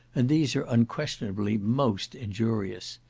and these are unquestionably most injurious.